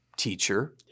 teacher